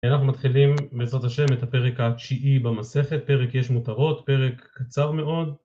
אנחנו מתחילים בעזרת השם את הפרק התשיעי במסכת, פרק יש מותרות, פרק קצר מאוד